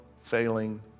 failing